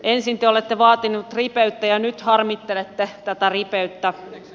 ensin te olette vaatinut ripeyttä ja nyt harmittelette tätä ripeyttä